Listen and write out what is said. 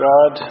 God